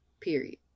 Period